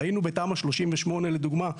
ראינו בתמ"א 38 לדוגמה,